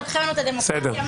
לוקחים לנו את הדמוקרטיה.